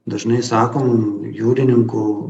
dažnai sakom jūrininkų